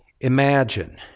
Imagine